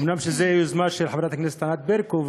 אומנם זו יוזמה של חברת הכנסת ענת ברקו,